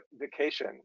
vacation